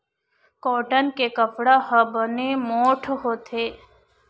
cotton के कपड़ा ह बने मोठ्ठ होथे